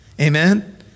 amen